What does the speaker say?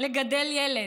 לגדל ילד?